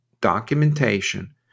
documentation